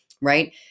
right